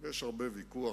יש פה הרבה ויכוחים